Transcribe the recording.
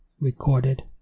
Recorded